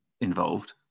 involved